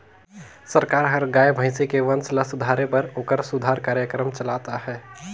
सरकार हर गाय, भइसी के बंस ल सुधारे बर ओखर सुधार कार्यकरम चलात अहे